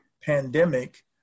pandemic